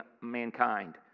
mankind